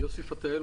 יוסי פתאל,